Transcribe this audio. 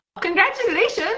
Congratulations